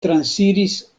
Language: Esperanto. transiris